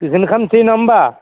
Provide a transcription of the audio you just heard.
बेखौनो खालामनोसै नङा होमबा